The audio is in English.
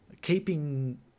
keeping